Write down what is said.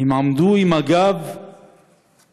הם עמדו עם הגב למסגד,